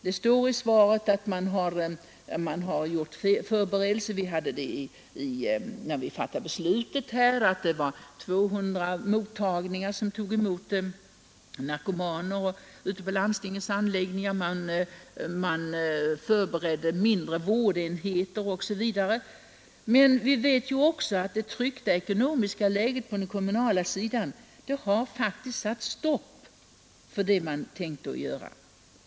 Det står i interpellationssvaret att förberedelser har vidtagits, och när vi fattade beslut i dessa frågor sades det att vi hade 200 ställen där man tog emot narkomaner, att man ute på landstingen förberedde mindre vårdenheter osv. Men vi vet också att det tryckta ekonomiska läget på den kommunala sidan har satt stopp för vad man tänkte göra.